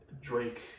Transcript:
Drake